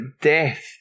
death